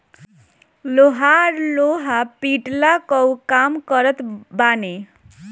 लोहार लोहा पिटला कअ काम करत बाने